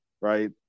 right